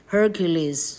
Hercules